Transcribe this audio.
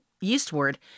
eastward